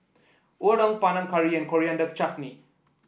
Unadon Panang Curry and Coriander Chutney